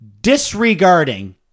disregarding